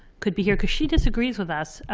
could be here. because she disagrees with us.